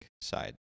side